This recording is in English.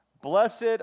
Blessed